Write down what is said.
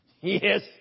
Yes